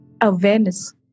awareness